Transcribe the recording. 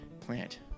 plant